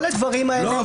כל הדברים האלה --- לא,